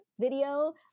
video